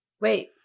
Wait